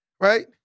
Right